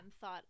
thought